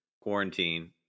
quarantine